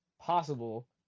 possible